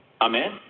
Amen